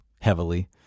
heavily